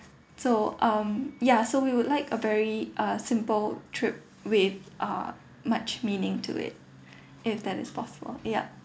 so um ya so we would like a very uh simple trip with uh much meaning to it if that is possible yup